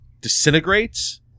disintegrates